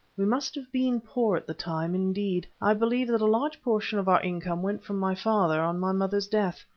we must have been poor at the time indeed, i believe that a large portion of our income went from my father on my mother's death.